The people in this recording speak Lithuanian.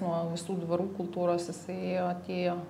nuo visų dvarų kultūros jisai atėjo